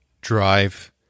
drive